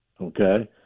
okay